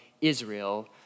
Israel